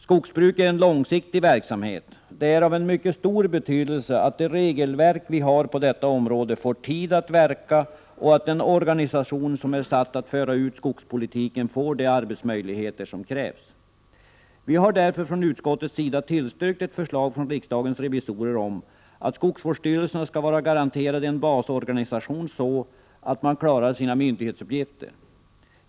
Skogsbruk är en långsiktig verksamhet — det är av mycket stor betydelse att det regelverk vi har på detta område får tid att verka och att den organisation som är satt att föra ut skogspolitiken får de arbetsmöjligheter som krävs. Vi har därför från utskottets sida tillstyrkt ett förslag från riksdagens revisorer om att skogsvårdsstyrelserna skall vara garanterade en sådan basorganisation att de klarar sina myndighetsuppgifter.